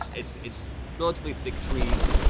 it's it's relatively thick trees,